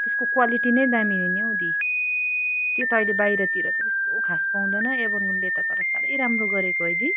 त्यसको क्वालिटी पनि नै दामी हो नि हो दी त्यो त अहिले बाहिरतिर त त्यस्तो खास पाउँदैन एभनहरूले त तर साह्रै राम्रो गरेको है दी